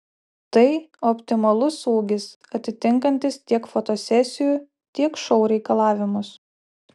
tai optimalus ūgis atitinkantis tiek fotosesijų tiek šou reikalavimus